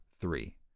three